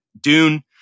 Dune